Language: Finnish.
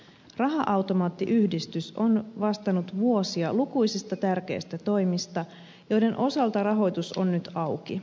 raha automaattiyhdistys on vastannut vuosia lukuisista tärkeistä toimista joiden osalta rahoitus on nyt auki